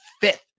fifth